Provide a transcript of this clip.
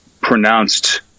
pronounced